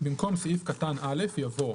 - "במקום סעיף קטן (א) יבוא: